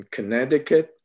Connecticut